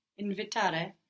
invitare